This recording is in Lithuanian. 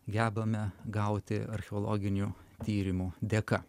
gebame gauti archeologinių tyrimų dėka